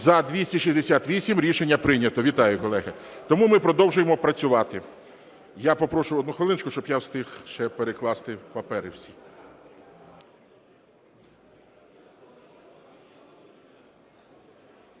За-268 Рішення прийнято. Вітаю, колеги. Тому ми продовжуємо працювати. Я попрошу одну хвилиночку, щоб я встиг ще перекласти папери всі.